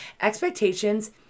Expectations